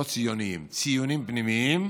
לא ציוֹנים, ציונים פנימיים,